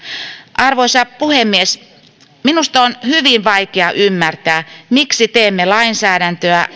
arvoisa puhemies minusta on hyvin vaikea ymmärtää miksi teemme lainsäädäntöä